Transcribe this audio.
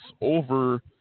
over